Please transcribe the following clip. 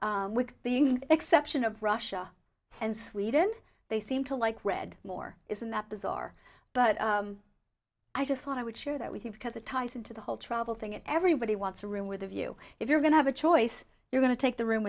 amazing with the exception of russia and sweden they seem to like read more isn't that bizarre but i just thought i would share that with you because it ties into the whole travel thing everybody wants a room with a view if you're going to have a choice you're going to take the room